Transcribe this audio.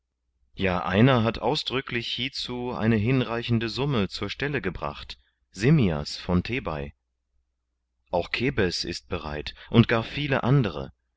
ja einer hat ausdrücklich hierzu eine hinreichende summe zur stelle gebracht simmias von theben auch kebes ist bereit und gar viele andere